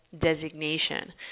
designation